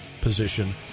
position